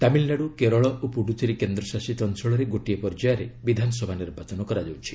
ତାମିଲନାଡୁ କେରଳ ଓ ପୁଡୁଚେରୀ କେନ୍ଦ୍ରଶାସିତ ଅଞ୍ଚଳରେ ଗୋଟିଏ ପର୍ଯ୍ୟାୟରେ ବିଧାନସଭା ନିର୍ବାଚନ କରାଯାଉଛି